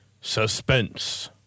suspense